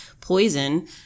poison